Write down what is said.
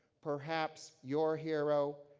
perhaps your hero,